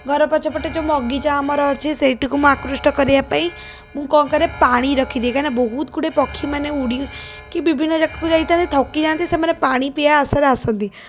ଘର ପଛପଟେ ଯେଉଁ ବଗିଚା ଆମର ଅଛି ସେଇଟିକୁ ମୁଁ ଆକୃଷ୍ଟ କରିବାପାଇଁ ମୁଁ କ'ଣ କରେ ପାଣି ରଖିଦିଏ କାଇଁନା ବହୁତ ଗୁଡ଼ିଏ ପକ୍ଷୀମାନେ ଉଡ଼ିକି ବିଭିନ୍ନ ଜାଗାକୁ ଯାଇଥାନ୍ତି ଥକିଯାଆନ୍ତି ସେମାନେ ପାଣି ପିଆ ଆଶାରେ ଆସନ୍ତି